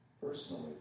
personally